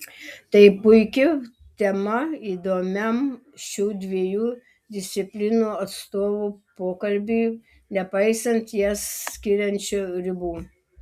tai puiki tema įdomiam šių dviejų disciplinų atstovų pokalbiui nepaisant jas skiriančių ribų